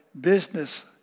business